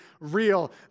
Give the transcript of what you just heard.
real